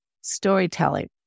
storytelling